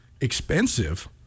expensive